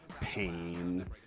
pain